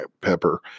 pepper